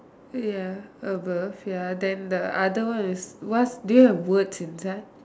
ya above ya then the other one is what do you have words inside